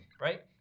right